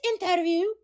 interview